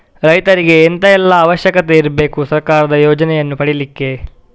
ರೈತರಿಗೆ ಎಂತ ಎಲ್ಲಾ ಅವಶ್ಯಕತೆ ಇರ್ಬೇಕು ಸರ್ಕಾರದ ಯೋಜನೆಯನ್ನು ಪಡೆಲಿಕ್ಕೆ?